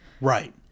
Right